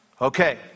Okay